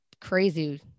crazy